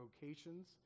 vocations